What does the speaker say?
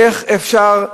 איך אפשר,